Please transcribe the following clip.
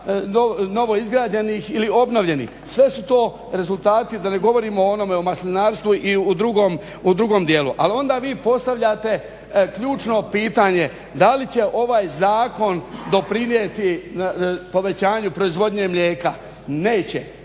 novoizgrađenih ili obnovljenih. Sve su to rezultati, da ne govorimo o onome o maslinarstvu i u drugom dijelu. Ali onda vi postavljate ključno pitanje: Da li će ovaj zakon doprinijeti povećanju proizvodnje mlijeka? Neće.